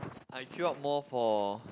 I queue up more for